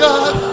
God